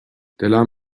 دلم